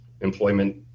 employment